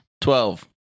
Twelve